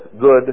good